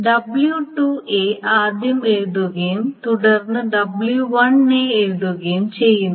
w2 ആദ്യം എഴുതുകയും തുടർന്ന് W1 എഴുതുകയും ചെയ്യുന്നു